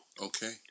Okay